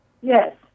Yes